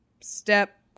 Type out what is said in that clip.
step